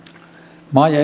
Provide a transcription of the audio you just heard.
maa ja